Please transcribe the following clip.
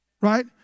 Right